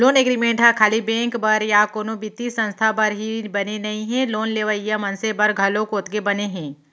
loan agreement ह खाली bank बर या कोनो बित्तीय संस्था बर ही बने नइ हे लोन लेवइया मनसे बर घलोक ओतके बने हे